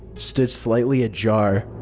stood slightly ajar.